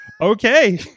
Okay